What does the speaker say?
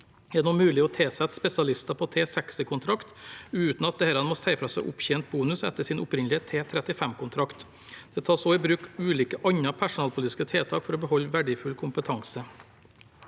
er det nå mulig å tilsette spesialister på T60-kontrakt uten at disse må si fra seg opptjent bonus etter sin opprinnelige T35kontrakt. Det tas også i bruk ulike andre personalpolitiske tiltak for å beholde verdifull kompetanse.